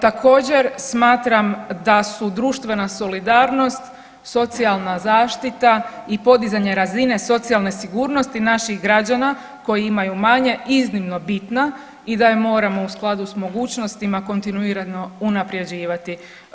Također smatram da su društvena solidarnost, socijalna zaštita i podizanje razine socijalne sigurnosti naših građana koji imaju manje iznimno bitna i da je moramo u skladu s mogućnostima kontinuirano unaprjeđivati.